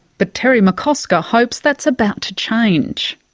but terry mccosker hopes that's about to change.